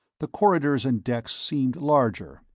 the corridors and decks seemed larger,